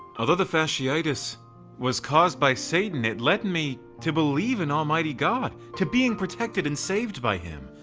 although the fasciitis was caused by satan, it led me to believe in almighty god to being protected and saved by him.